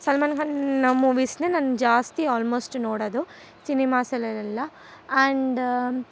ಸಲ್ಮಾನ್ಖಾನ ಮೂವೀಸ್ನೆ ನಾನು ಜಾಸ್ತಿ ಆಲ್ಮೋಸ್ಟ್ ನೋಡೊದು ಸಿನಿಮಾಸಲಲಲೆಲ್ಲ ಆ್ಯಂಡ್